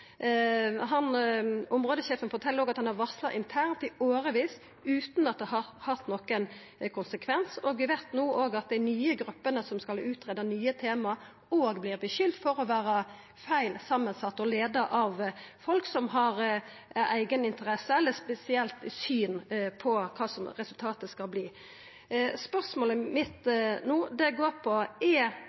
Områdesjefen fortel òg at han har varsla internt i årevis utan at det har hatt nokon konsekvens, og vi veit at dei nye gruppene som skal greia ut nye tema, vert skulda for å vera feil samansette og leia av folk som har ei eigainteresse av eller eit spesielt syn på kva resultatet skal verta. Spørsmålet mitt no går på dette: Er